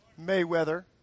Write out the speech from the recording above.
Mayweather